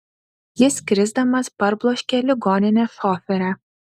jis krisdamas parbloškė ligoninės šoferę